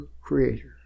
creator